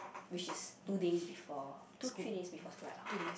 which is two days before two three days before school right okay okay